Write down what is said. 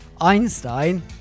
Einstein